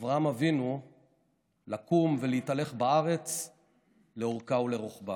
אברהם אבינו לקום ולהתהלך בארץ לאורכה ולרוחבה.